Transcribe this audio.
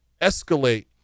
escalate